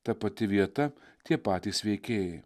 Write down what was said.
ta pati vieta tie patys veikėjai